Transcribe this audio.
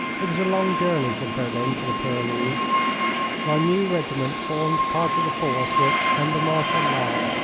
it was a long journey from berlin to the pyrenees. my new regiment formed part of the force which, under marshal lannes,